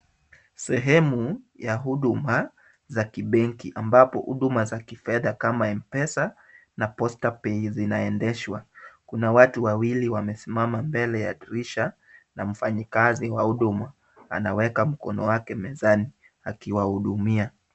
Sehemu ya huduma za kibenki ambapo huduma za kifedha kama mpesa na posta pay zinaendeshwa. Kuna watu wawili wamesimama mbele ya dirisha na mfanyikazi wa huduma anaweka mkono wake mezani akiwahudumia.